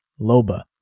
Loba